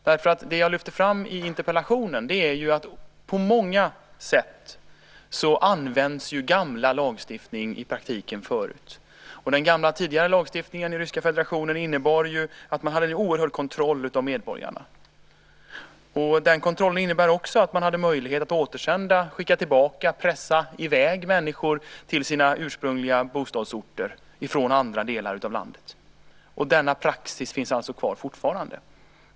Vad jag lyfter fram i interpellationen är att på många sätt används i praktiken gammal lagstiftning. Den gamla, tidigare, lagstiftningen i Ryska federationen innebar att man hade en oerhörd kontroll av medborgarna. Den kontrollen innebär också en möjlighet att återsända, skicka tillbaka, och pressa i väg, människor till sina bostadsorter från andra delar av landet. Denna praxis finns alltså fortfarande.